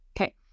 Okay